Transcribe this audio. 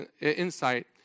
insight